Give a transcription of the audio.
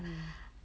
mm